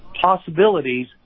possibilities